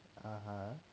(uh huh)